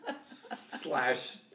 slash